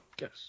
yes